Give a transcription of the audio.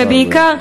ובעיקר,